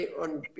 on